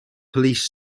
police